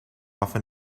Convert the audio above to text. often